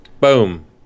Boom